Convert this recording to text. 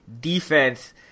Defense